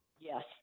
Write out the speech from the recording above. Yes